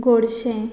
गोडशें